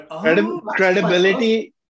Credibility